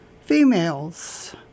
females